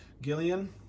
gillian